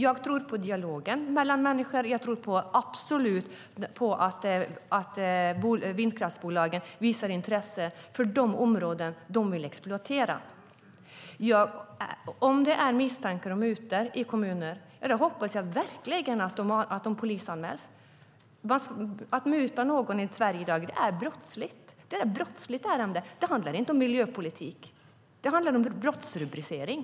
Jag tror på dialogen mellan människor. Jag tror absolut på att vindkraftsbolagen visar intresse för de områden de vill exploatera. Om det finns misstankar om mutor i kommuner hoppas jag verkligen att de polisanmäls. Att muta någon är brottsligt i Sverige i dag. Det är ett brottsligt ärende. Det handlar inte om miljöpolitik - det handlar om brottsrubricering.